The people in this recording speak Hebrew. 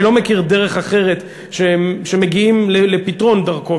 אני לא מכיר דרך אחרת שמגיעים לפתרון דרכה,